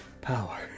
power